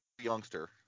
youngster